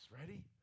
Ready